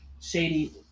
shady